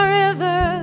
river